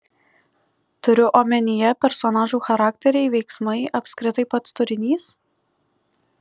turiu omenyje personažų charakteriai veiksmai apskritai pats turinys